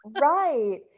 Right